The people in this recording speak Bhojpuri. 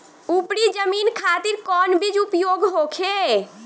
उपरी जमीन खातिर कौन बीज उपयोग होखे?